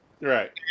right